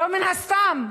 מן הסתם,